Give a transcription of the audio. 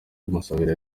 kumusabira